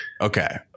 Okay